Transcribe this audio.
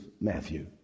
Matthew